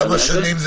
כמה שנים הקודקס הזה